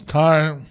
time